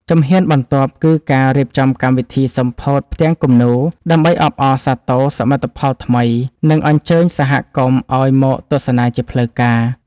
ជំហានបន្ទាប់ គឺការរៀបចំកម្មវិធីសម្ពោធផ្ទាំងគំនូរ ដើម្បីអបអរសាទរសមិទ្ធផលថ្មី និងអញ្ជើញសហគមន៍ឱ្យមកទស្សនាជាផ្លូវការ។